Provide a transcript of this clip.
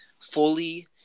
fully